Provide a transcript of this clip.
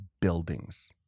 buildings